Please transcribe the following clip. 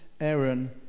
Aaron